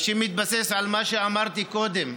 שמתבסס על מה שאמרתי קודם,